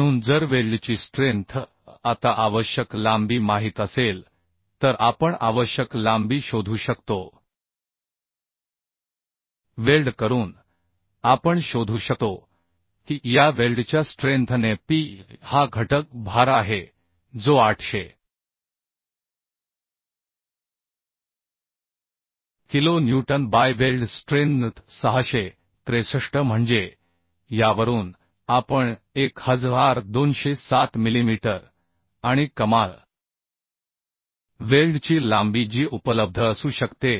म्हणून जर वेल्डची स्ट्रेंथ आता आवश्यक लांबी माहित असेल तर आपण आवश्यक लांबी शोधू शकतो वेल्ड करून आपण शोधू शकतो की या वेल्डच्या स्ट्रेंथ ने P हा घटक भार आहे जो 800 kilo newton by weld strength 663 म्हणजे यावरून आपण 1207 मिलीमीटर आणि कमाल वेल्डची लांबी जी उपलब्ध असू शकते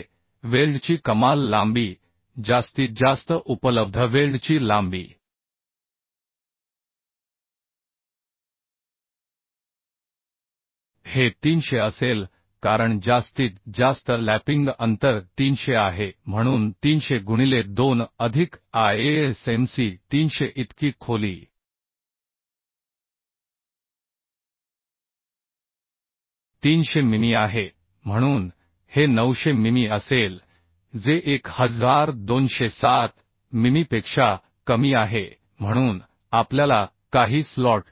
वेल्डची कमाल लांबी जास्तीत जास्त उपलब्ध वेल्डची लांबी हे 300 असेल कारण जास्तीत जास्त लॅपिंग अंतर 300 आहे म्हणून 300 गुणिले 2 अधिक ISMC 300मिमी इतकी खोली आहे म्हणून हे 900 मिमी असेल जे 1207 मिमीपेक्षा कमी आहे म्हणून आपल्याला काही स्लॉट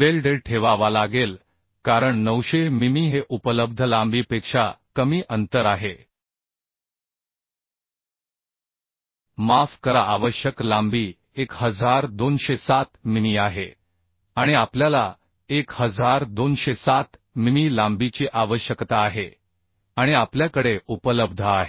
वेल्डेड ठेवावा लागेल कारण 900 मिमी हे उपलब्ध लांबीपेक्षा कमी अंतर आहे माफ करा आवश्यक लांबी 1207 मिमी आहे आणि आपल्याला 1207 मिमी लांबीची आवश्यकता आहे आणि आपल्याकडे उपलब्ध आहे